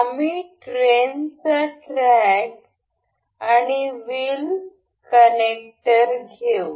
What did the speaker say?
आम्ही ट्रेनचा ट्रॅक आणि व्हील कनेक्टर घेऊ